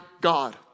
God